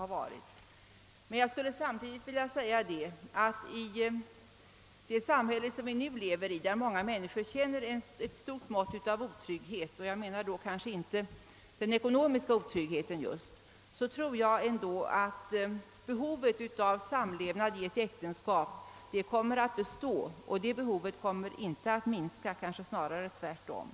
Men samtidigt skulle jag vilja framhålla att i det samhälle där vi nu lever och där många människor känner stor otrygghet — kanske inte främst ekonomisk otrygghet — kommer säkerligen behovet av samlevnad i ett äktenskap att bestå. Jag tror inte att detta behov kommer att minska, utan snarare tvärtom.